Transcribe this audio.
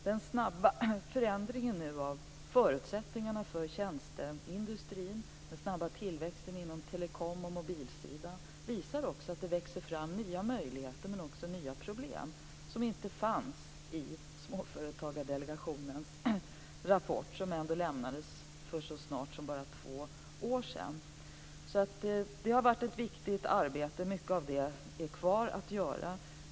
Den snabba förändringen av förutsättningarna för tjänsteindustrin och den snabba tillväxten inom telekom och mobilsidan visar också att det växer fram nya möjligheter men också nya problem som inte fanns i Småföretagsdelegationens rapport som ändå lämnades för bara två år sedan. Det har varit ett viktigt arbete, och mycket av det kvarstår att göra.